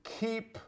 keep